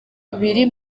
biri